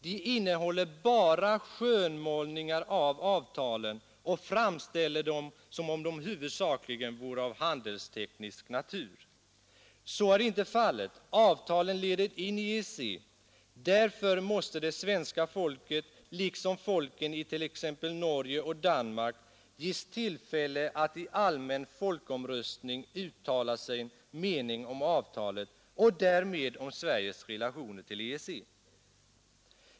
De innehåller bara skönmålningar av avtalen och framställer dem som om de huvudsakligen vore av handelsteknisk natur. Så är inte fallet. Avtalen leder in i EEC. Därför måste det svenska folket — liksom folken i t.ex. Norge och Danmark — ges tillfälle att i allmän folkomröstning uttala sin mening om avtalet och därmed om Sveriges relationer till EEC.